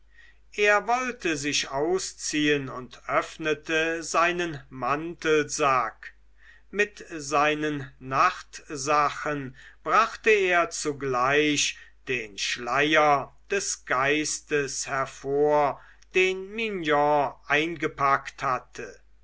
er wollte sich ausziehen und öffnete seinen mantelsack mit seinen nachtsachen brachte er zugleich den schleier des geistes hervor den mignon eingepackt hatte